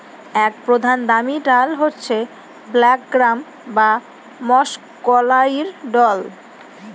এক প্রধান দামি ডাল হচ্ছে ব্ল্যাক গ্রাম বা মাষকলাইর দল